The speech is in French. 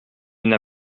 n’a